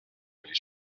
oli